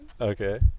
okay